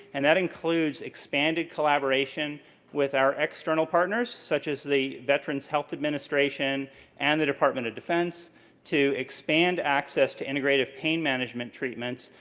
and that includes expanded collaboration with our external partners, such as the veterans health administration and the department of defense to expand access to integrative pain management treatments.